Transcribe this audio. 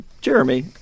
Jeremy